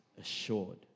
assured